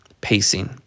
pacing